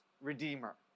Redeemer